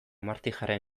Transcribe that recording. martijaren